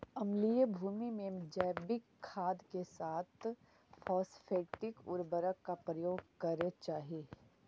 अम्लीय भूमि में जैविक खाद के साथ फॉस्फेटिक उर्वरक का प्रयोग करे चाही